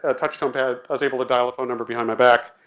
ah touch tone pad, i was able to dial the phone number behind my back.